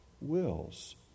wills